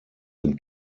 dem